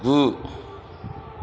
गु